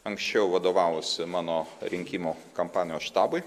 anksčiau vadovavusi mano rinkimų kampanijos štabui